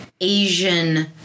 Asian